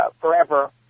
forever